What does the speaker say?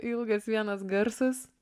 ilgas vienas garsas